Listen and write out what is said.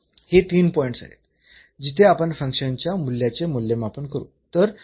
हे तीन पॉईंट्स आहेत जिथे आपण फंक्शनच्या मूल्याचे मूल्यमापन करू